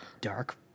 Dark